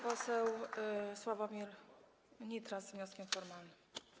Poseł Sławomir Nitras z wnioskiem formalnym.